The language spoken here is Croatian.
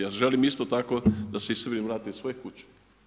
Ja želim isto tako da se i Srbi vrate u svoje kuće.